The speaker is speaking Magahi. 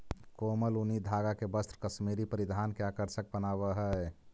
कोमल ऊनी धागा के वस्त्र कश्मीरी परिधान के आकर्षक बनावऽ हइ